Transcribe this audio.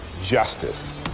justice